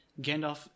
Gandalf